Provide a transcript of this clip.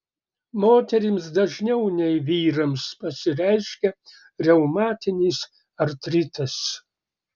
moterims dažniau nei vyrams pasireiškia reumatinis artritas